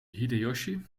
hideyoshi